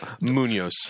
Munoz